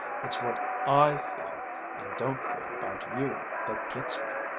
it's what i feel and don't feel about you, that gets me,